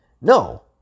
No